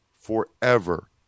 forever